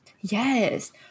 Yes